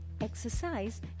exercise